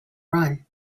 run